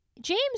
James